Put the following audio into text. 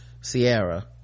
Sierra